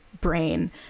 brain